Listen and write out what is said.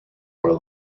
were